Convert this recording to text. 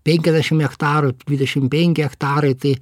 penkiasdešim hektarų dvidešim penki hektarai tai